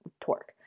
torque